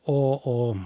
o o